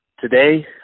Today